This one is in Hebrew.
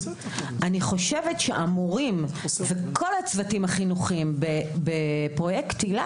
אני חושבת שהמורים וכל הצוותים החינוכיים בפרויקט היל"ה